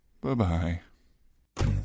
Bye-bye